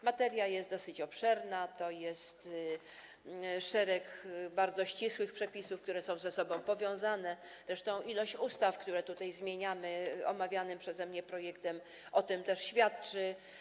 Materia jest dosyć obszerna, to jest szereg bardzo ścisłych przepisów, które są ze sobą powiązane, zresztą ilość ustaw, które zmieniamy omawianym przeze mnie projektem, też o tym świadczy.